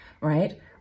right